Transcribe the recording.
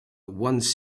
once